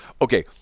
okay